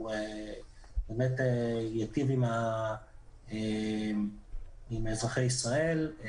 הוא ייטיב עם אזרחי ישראל.